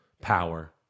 power